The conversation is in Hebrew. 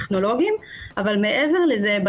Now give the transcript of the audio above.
טכנולוגיים אבל מעבר לזה,